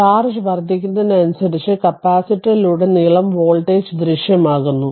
charge വർദ്ധിക്കുന്നതിനനുസരിച്ച് കപ്പാസിറ്ററിലുടനീളം voltage ദൃശ്യമാകുന്നു